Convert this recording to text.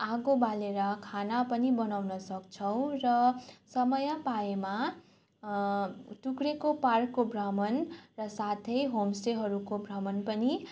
आगो बालेर खाना पनि बनाउन सक्छौँ र समय पाएमा टुक्रेको पार्कको भ्रमण र साथै होमस्टेहरूको भ्रमण पनि